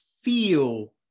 feel